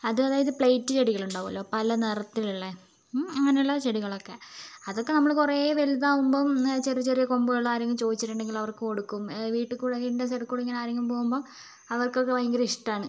അത് അതായത് പ്ലേറ്റ് ചെടികൾ ഉണ്ടാവു അല്ലോ പല നിറത്തിലുള്ള ഉം അങ്ങനെയുള്ള ചെടികളൊക്കെ അതൊക്കെ നമ്മള് കുറെ വലുതാകുമ്പം ചെറിയ ചെറിയ കൊമ്പുകൾ ആരെങ്കിലും ചോദിച്ചിട്ടുണ്ടെങ്കിൽ അവർക്ക് കൊടുക്കും വീട്ടിൽ കൂടി വീടിൻ്റെ സൈഡിലൂടെ ഇങ്ങനെ ആരെങ്കിലും പോകുമ്പോൾ അവർക്കൊക്കെ ഭയങ്കര ഇഷ്ടമാണ്